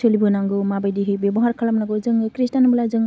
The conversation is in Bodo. सोलिबोनांगौ माबायदिहाय बेबहार खालामनांगौ जोङो खृष्टान होनब्ला जों